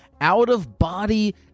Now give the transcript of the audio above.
out-of-body